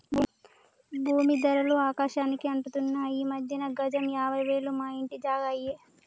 భూమీ ధరలు ఆకాశానికి అంటుతున్నాయి ఈ మధ్యన గజం యాభై వేలు మా ఇంటి జాగా అయ్యే